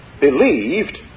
believed